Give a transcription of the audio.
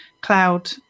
cloud